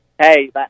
hey